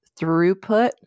throughput